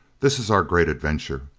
this is our great adventure.